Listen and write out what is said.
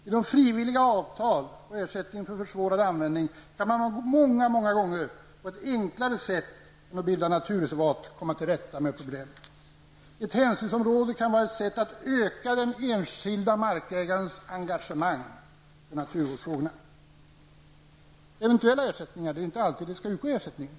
Genom frivilliga avtal och ersättning för försvårad användning kan man många gånger på ett enklare sätt än att bilda naturreservat komma till rätta med problemen. Ett hänsynsområde kan vara ett sätt att öka den enskilda markägarens engagemang för naturvårdsfrågorna.